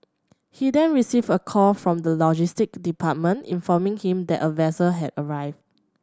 he then received a call from the logistic department informing him that a vessel had arrived